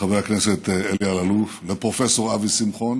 לחברי הכנסת אלי אלאלוף ופרופ' אבי שמחון